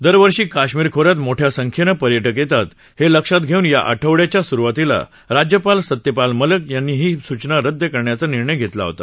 दरवर्षी कश्मीर खो यात मोठ्या संख्येनं पर्यटक येतात हे लक्षात घेऊन या आठवड्याच्या सुरुवातीला राज्यपाल सत्यपाल मलिक यांनी ही सूचना रदद करण्याचा निर्णय घेतला होता